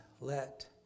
let